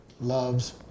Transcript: loves